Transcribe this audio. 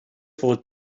fod